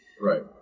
Right